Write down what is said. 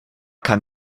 kann